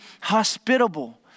hospitable